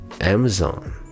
Amazon